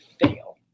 fail